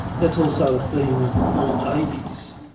that's also a theme of paul davies,